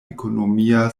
ekonomia